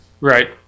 Right